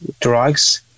drugs